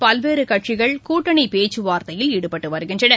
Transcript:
பல்வேறு கட்சிகள் கூட்டணி பேச்சுவார்த்தையில் ஈடுபட்டு வருகின்றன